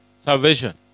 salvation